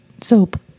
soap